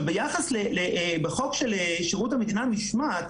ביחס לחוק שירות המדינה (משמעת),